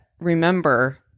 remember